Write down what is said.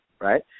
Right